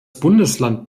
bundesland